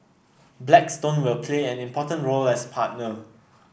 Blackstone will play an important role as partner